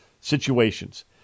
situations